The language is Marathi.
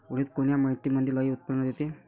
उडीद कोन्या मातीमंदी लई उत्पन्न देते?